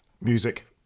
Music